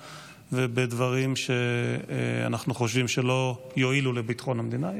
ובדברים שאנחנו חושבים שלא יועילו לביטחון המדינה.